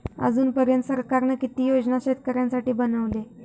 अजून पर्यंत सरकारान किती योजना शेतकऱ्यांसाठी बनवले?